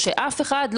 שום הצהרות.